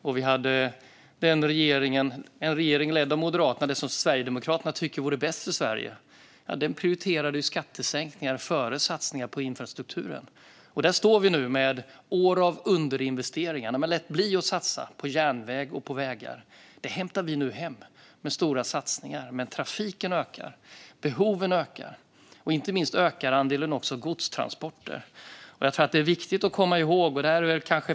Då hade vi en regering ledd av Moderaterna, vilket Sverigedemokraterna tycker vore bäst för Sverige, som prioriterade skattesänkningar före satsningar på infrastrukturen. Här står vi nu efter år av underinvesteringar, då man lät bli att satsa på järnväg och på vägar. Detta hämtar vi nu hem med stora satsningar. Men trafiken ökar, behoven ökar och inte minst ökar andelen godstransporter.